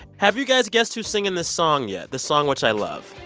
have you guys guessed who's singing this song yet? this song, which i love.